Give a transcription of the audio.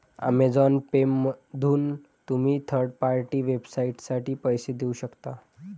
Amazon पेमधून तुम्ही third party वेबसाइटसाठी पैसे देऊ शकता